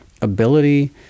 ability